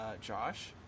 josh